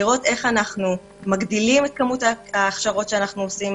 לראות איך אנו מגדילים את כמות ההכשרות שאנחנו עושים,